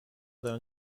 دارن